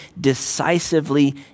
decisively